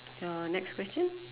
your next question